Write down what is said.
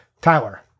Tyler